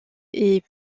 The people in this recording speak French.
est